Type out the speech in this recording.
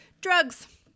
drugs